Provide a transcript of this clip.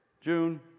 June